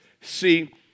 see